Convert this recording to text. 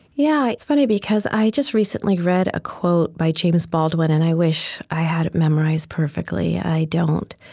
yeah, it's funny, because i just recently read a quote by james baldwin, and i wish i had it memorized perfectly. i don't.